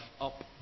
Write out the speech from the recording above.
up